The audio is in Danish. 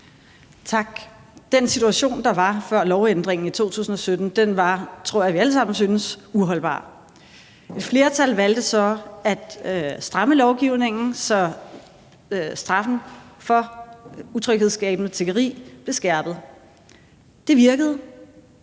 Tak. Den situation, der var før lovændringen i 2017, var – det tror jeg vi alle sammen synes – uholdbar. Et flertal valgte så at stramme lovgivningen, så straffen for utryghedsskabende tiggeri blev skærpet. Det virkede.